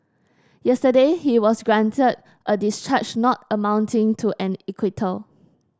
yesterday he was granted a discharge not amounting to an acquittal